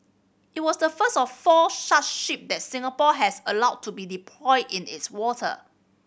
it was the first of four ship that Singapore has allowed to be deployed in its water